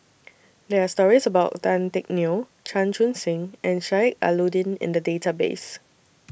There Are stories about Tan Teck Neo Chan Chun Sing and Sheik Alau'ddin in The Database